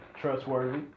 trustworthy